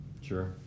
sure